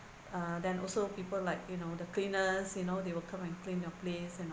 uh then also people like you know the cleaners you know they will come and clean your place and